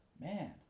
Man